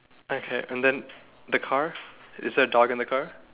okay and then the car is there a dog in the car